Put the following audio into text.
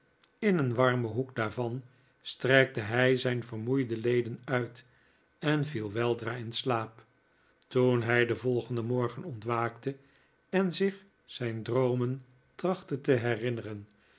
in een warmen hoek daarvan strekte hij zijn vermoeide leden uit en viel weldra in slaap toen hij den volgenden morgen ontwaakte en zich zijn droomen trachtte te herinneren